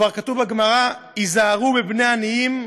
כבר כתוב בגמרא: היזהרו בבני עניים,